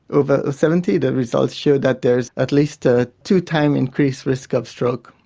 over seventy the results showed that there's at least a two time increased risk of stroke,